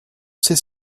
sait